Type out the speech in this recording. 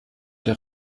der